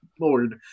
Lord